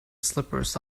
slippers